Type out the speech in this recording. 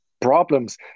problems